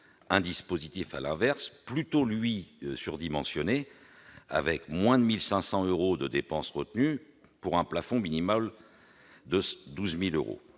un dispositif, à l'inverse, plutôt surdimensionné, avec moins de 1 500 euros de dépenses retenues pour un plafond minimal de 12 000 euros.